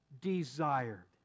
Desired